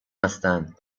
هستن